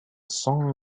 song